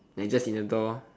and just in the door